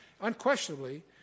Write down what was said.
unquestionably